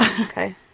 Okay